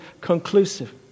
conclusive